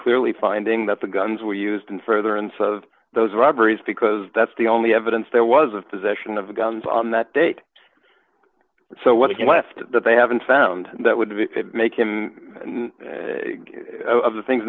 clearly finding that the guns were used in further in some of those robberies because that's the only evidence there was of possession of the guns on that date so what if you left that they haven't found that would make him of the things